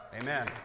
amen